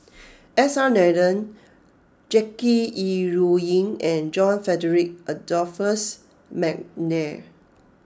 S R Nathan Jackie Yi Ru Ying and John Frederick Adolphus McNair